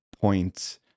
point